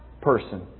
person